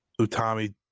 Utami